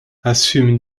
assume